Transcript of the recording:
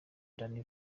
danny